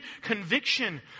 conviction